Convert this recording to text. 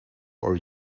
are